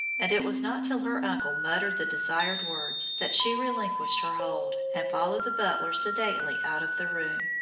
and it was not till her uncle muttered the desired words that she relinquished her hold and followed the butler sedately out of the room.